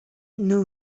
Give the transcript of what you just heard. knew